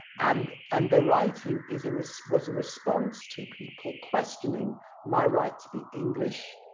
and and the writing is a response, was a response to, people questioning my right to be english,